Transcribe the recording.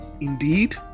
Indeed